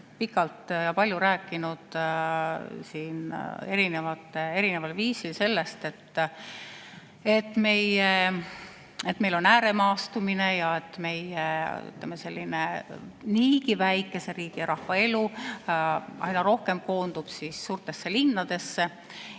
ja palju rääkinud erineval viisil sellest, et meil on ääremaastumine ja meie, ütleme, sellise niigi väikese riigi ja rahva elu aina rohkem koondub suurtesse linnadesse.